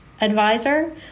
advisor